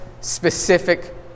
specific